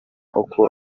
uko